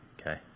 Okay